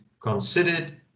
considered